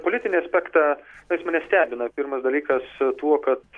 politinį aspektą na jis mane stebina pirmas dalykas tuo kad